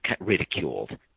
ridiculed